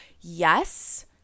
Yes